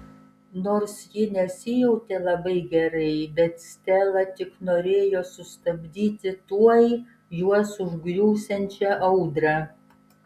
nors ji nesijautė labai gerai bet stela tik norėjo sustabdyti tuoj juos užgriūsiančią audrą